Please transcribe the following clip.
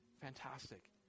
Fantastic